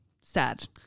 sad